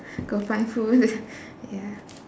go find food ya